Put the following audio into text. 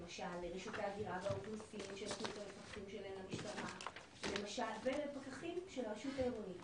למשל רשות ההגירה והאוכלוסין ש --- ובין פקחים של הרשות העירונית.